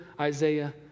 Isaiah